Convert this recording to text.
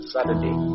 Saturday